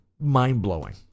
mind-blowing